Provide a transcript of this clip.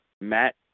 matt